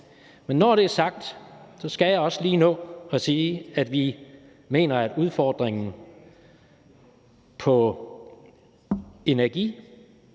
Men når det er sagt, skal jeg også lige nå at sige, at vi mener, at udfordringen med